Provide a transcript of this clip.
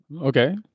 Okay